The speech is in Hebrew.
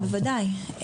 בוודאי.